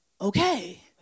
okay